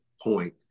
point